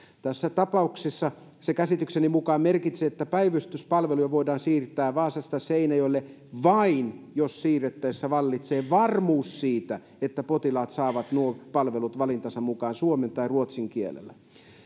tässä tapauksessa se käsitykseni mukaan merkitsee että päivystyspalveluja voidaan siirtää vaasasta seinäjoelle vain jos siirrettäessä vallitsee varmuus siitä että potilaat saavat nuo palvelut valintansa mukaan suomen tai ruotsin kielellä